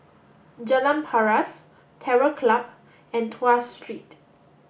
Jalan Paras Terror Club and Tuas Street